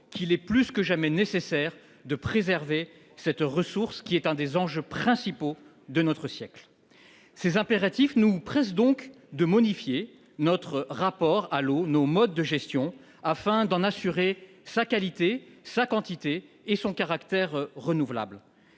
qu'il est plus que jamais nécessaire de préserver cette ressource. C'est l'un des enjeux principaux de notre siècle. Ces impératifs nous pressent donc de modifier notre rapport à l'eau, nos modes de gestion afin d'en assurer la qualité, la quantité et le caractère renouvelable.